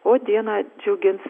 o dieną džiugins